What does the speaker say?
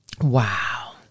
Wow